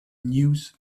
news